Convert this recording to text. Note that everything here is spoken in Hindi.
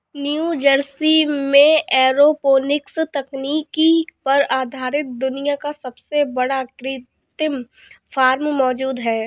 न्यूजर्सी में एरोपोनिक्स तकनीक पर आधारित दुनिया का सबसे बड़ा कृत्रिम फार्म मौजूद है